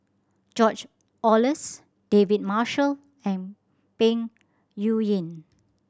George Oehlers David Marshall and Peng Yuyun